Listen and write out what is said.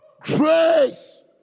grace